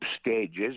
stages